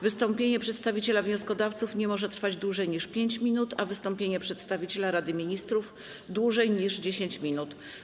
Wystąpienie przedstawiciela wnioskodawców nie może trwać dłużej niż 5 minut, a wystąpienie przedstawiciela Rady Ministrów - dłużej niż 10 minut.